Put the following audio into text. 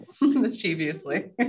mischievously